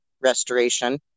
restoration